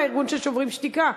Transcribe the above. הארגון של "שוברים שתיקה".